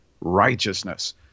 righteousness